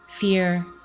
fear